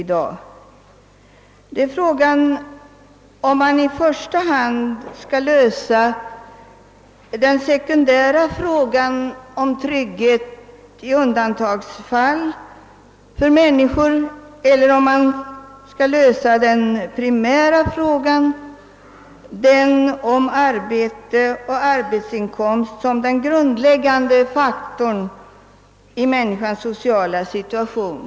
Det gäller huruvida man i första hand skall lösa den sekundära frågan om trygghet i undantagsfall eller om man skall lösa den primära frågan om arbete och arbetsinkomst som den grundläggande faktorn i människans sociala situation.